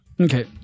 Okay